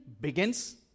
begins